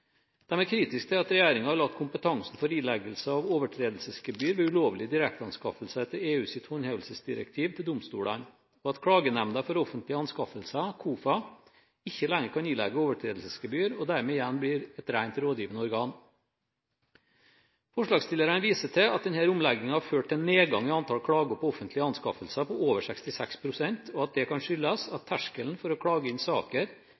at regjeringen har lagt kompetansen for ileggelse av overtredelsesgebyr ved ulovlige direkteanskaffelser etter EUs håndhevelsesdirektiv til domstolene, og at klagenemnden for offentlige anskaffelser, KOFA, ikke lenger kan ilegge overtredelsesgebyr og dermed igjen blir et rent rådgivende organ. Forslagsstillerne viser til at denne omleggingen har ført til en nedgang i antall klager på offentlige anskaffelser på over 66 pst., og at det kan skyldes at terskelen for å klage inn saker